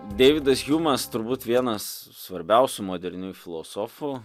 deividas hjumas turbūt vienas svarbiausių moderniųjų filosofų